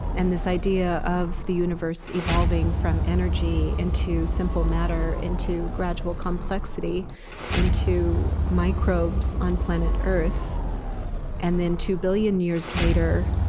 and this idea of the universe evolving from energy into simple matter into gradual complexity into microbes on planet earth and then, two billion years later,